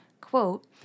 quote